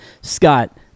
Scott